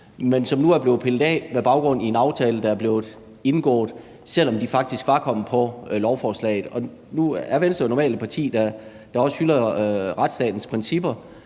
men som nu er blevet pillet af med baggrund i en aftale, der er blevet indgået, selv om de faktisk var kommet på lovforslaget. Nu er Venstre normalt et parti, der også hylder retsstatens principper,